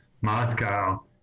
Moscow